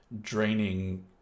draining